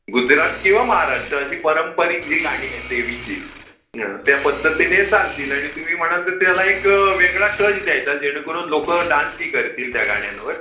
गुजरात किंवा महाराष्ट्र अशी पारंपरिक जी गाणी आहेत देवीची हां त्या पद्धतीने चालतील आणि तुम्ही म्हणाल तर त्याला एक वेगळा टच द्यायचा जेणेकरून लोक डान्सही करतील त्या गाण्यांवर